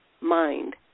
mind